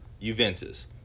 Juventus